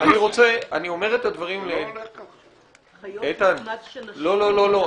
אני אומר את הדברים ----- לא, לא.